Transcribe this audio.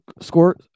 Score